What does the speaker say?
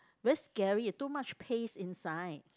very scary eh too much paste inside